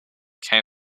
came